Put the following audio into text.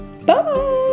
Bye